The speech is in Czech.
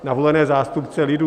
Na volené zástupce lidu!